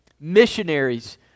missionaries